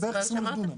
זה בערך 20,000 דונם.